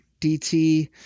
DT